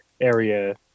area